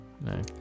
No